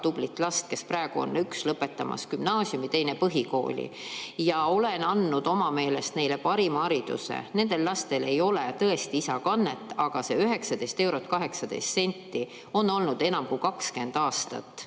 tublit last, kes praegu on üks lõpetamas gümnaasiumi, teine põhikooli, ja olen andnud oma meelest neile parima hariduse. Nendel lastel ei ole tõesti isakannet, aga see 19 eurot 18 senti on olnud enam kui 20 aastat